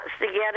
together